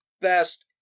best